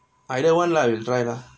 either one lah you try lah